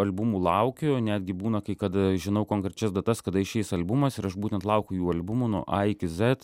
albumų laukiu netgi būna kai kad žinau konkrečias datas kada išeis albumas ir aš būtent laukiu jų albumų nuo a iki zet